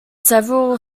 several